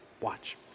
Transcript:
Watch